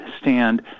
stand